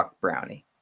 brownie